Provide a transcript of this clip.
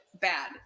bad